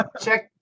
check